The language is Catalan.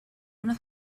una